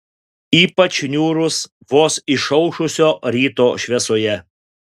ypač niūrus vos išaušusio ryto šviesoje